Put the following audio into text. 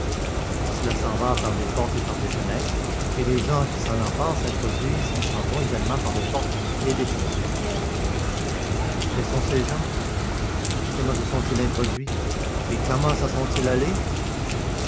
cela s'en va par des portes et par des fenêtres et les gens qui s'en emparent s'introduisent et s'en vont également par des portes et des fenêtres quels sont ces gens comment se sont-ils introduits et comment s'en sont-ils allés